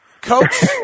Coach